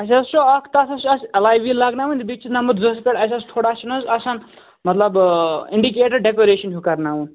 اَسہِ حظ چھُ اَکھ تَتھ حظ چھُ اَسہِ اٮ۪لَے ویٖل لگناوٕنۍ بیٚیہِ چھِ نمبر زورس پٮ۪ٹھ اَسہِ حظ چھِ تھوڑا اَسہِ چھِنَہ حظ آسان مطلب اِنڈِکیٹر ڈٮ۪کوریشن ہیو کرناوُن